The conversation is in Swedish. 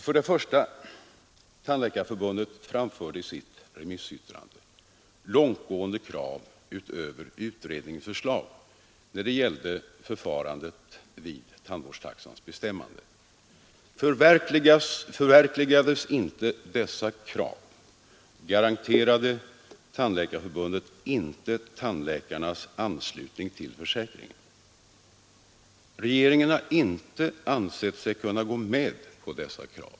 För det första framförde Tandläkarförbundet i sitt remissyttrande långtgående krav över utredningens förslag när det gällde förfarandet vid tandvårdstaxans bestämmande. Förverkligades inte dessa krav garanterade Tandläkarförbundet inte tandläkarnas anslutning till försäkringen. Regeringen har inte ansett sig kunna gå med på dessa krav.